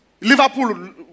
Liverpool